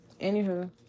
Anywho